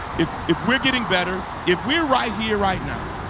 if if we're getting better if we're right here right now,